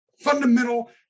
fundamental